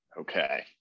Okay